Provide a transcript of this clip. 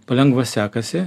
palengva sekasi